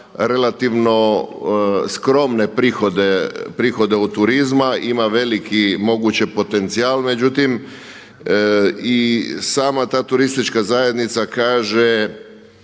relativno skromne prihode od turizma, ima veliki moguće potencijal. Međutim i sama ta turistička zajednica kaže